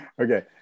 Okay